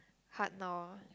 hard now lah